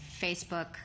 Facebook